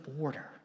order